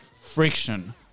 friction